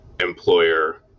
employer